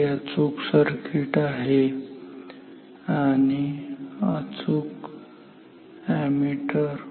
हे अचूक सर्किट आहे अचूक अॅमीटर